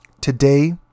Today